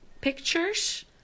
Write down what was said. pictures